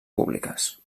públiques